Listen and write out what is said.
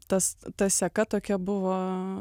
tas ta seka tokia buvo